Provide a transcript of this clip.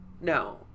no